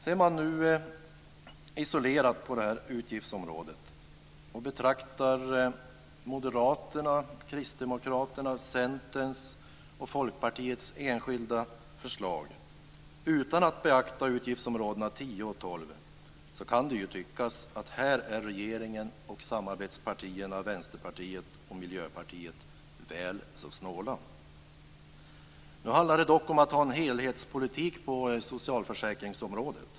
Ser man nu isolerat på detta utgiftsområde och betraktar Moderaternas, Kristdemokraternas, Centerns och Folkpartiets enskilda förslag utan att beakta utgiftsområdena 10 och 12 kan det ju tyckas att här är regeringen och samarbetspartierna Vänsterpartiet och Miljöpartiet väl så snåla. Nu handlar det dock om att ha en helhetspolitik på socialförsäkringsområdet.